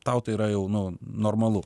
tau tai yra jau nu normalu